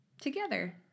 together